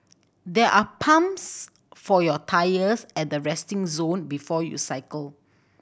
there are pumps for your tyres at the resting zone before you cycle